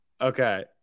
Okay